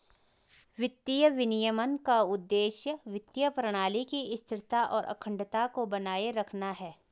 वित्तीय विनियमन का उद्देश्य वित्तीय प्रणाली की स्थिरता और अखंडता को बनाए रखना है